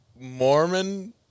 mormon